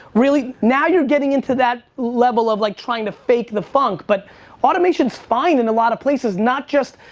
really now you're getting into that level of like trying to fake the funk, but automation is fine in a lot of places, not just,